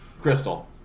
Crystal